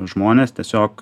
žmonės tiesiog